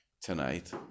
tonight